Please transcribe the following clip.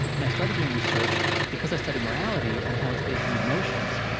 and i started doing research because i study morality and how it's based on the emotions,